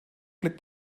blickt